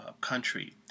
country